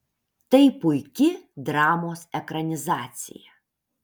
tai puiki dramos ekranizacija